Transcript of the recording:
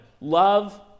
Love